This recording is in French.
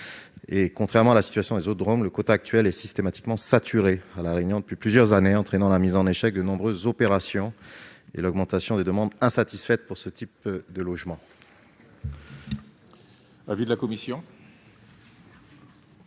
Contrairement à la situation dans les autres DROM, le quota actuel est systématiquement saturé à La Réunion depuis plusieurs années, entraînant la mise en échec de nombreuses opérations et l'augmentation des demandes insatisfaites pour ce type de logements. Quel est l'avis de la commission ?